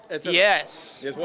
Yes